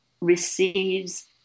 receives